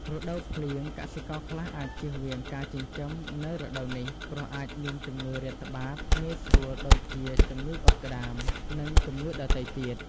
រដូវភ្លៀង កសិករខ្លះអាចជៀសវាងការចិញ្ចឹមនៅរដូវនេះ ព្រោះអាចមានជំងឺរាតត្បាតងាយស្រួល ដូចជា ជំងឺអុតក្ដាម និងជំងឺដទៃទៀត។